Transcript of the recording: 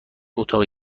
اتاق